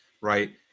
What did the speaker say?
right